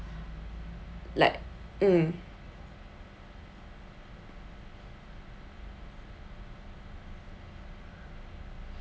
like mm